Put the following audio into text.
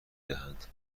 دهند